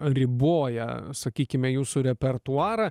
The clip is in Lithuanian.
riboja sakykime jūsų repertuarą